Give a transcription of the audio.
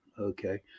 okay